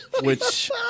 which-